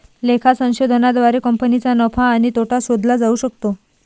लेखा संशोधनाद्वारे कंपनीचा नफा आणि तोटा शोधला जाऊ शकतो